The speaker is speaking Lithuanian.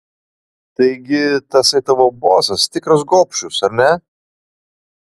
taigi tasai tavo bosas tikras gobšius ar ne